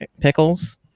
pickles